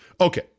Okay